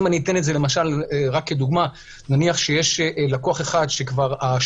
אם אתן את זה כדוגמה, נניח שיש לקוח אחד שהשירות